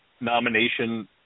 nomination